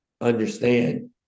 understand